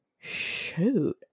Shoot